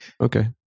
Okay